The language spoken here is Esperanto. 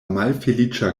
malfeliĉa